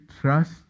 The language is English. trust